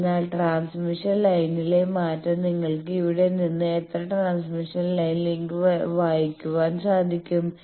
അതിനാൽ ട്രാൻസ്മിഷൻ ലൈനിലെ മാറ്റം നിങ്ങൾക്ക് ഇവിടെ നിന്ന് എത്ര ട്രാൻസ്മിഷൻ ലൈൻ ലിങ്ക് വായിക്കുവാൻ സാധിക്കും